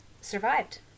survived